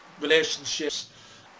relationships